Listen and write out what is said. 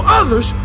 others